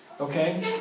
okay